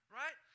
right